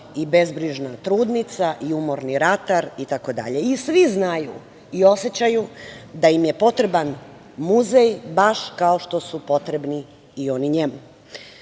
i bezbrižna trudnica i umorni ratar, itd. I svi znaju i osećaju da im je potreban muzej baš kao što su potrebni i oni